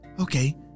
Okay